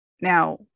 Now